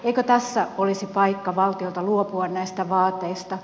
eikö tässä olisi paikka valtion luopua näistä vaateista